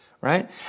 right